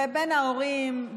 ובין ההורים,